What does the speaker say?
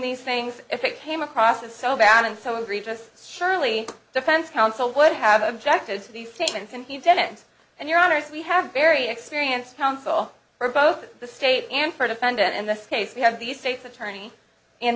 these things if it came across it so bad and so angry just surely defense counsel would have objected to these statements and you've done it and your honor we have very experienced counsel for both the state and for defendant in this case we have these states attorney